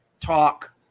talk